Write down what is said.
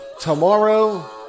tomorrow